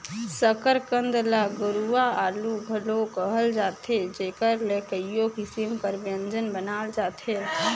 सकरकंद ल गुरूवां आलू घलो कहल जाथे जेकर ले कइयो किसिम कर ब्यंजन बनाल जाथे